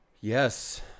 Yes